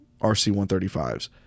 RC-135s